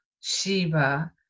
Shiva